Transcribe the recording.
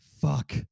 Fuck